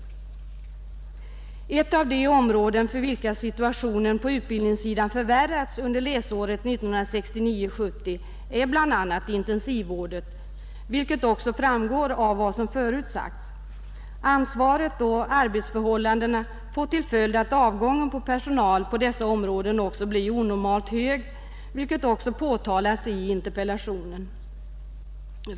Ett av de områden för vilka situationen på utbildningssidan förvärrats under läsåret 1969/70 är intensivvården, vilket också framgår av vad som förut sagts. Ansvaret och arbetsförhållandena får till följd att avgången av personal på dessa områden också blir onormalt hög, vilket också påtalats i interpellationen.